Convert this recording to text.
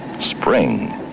spring